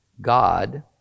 God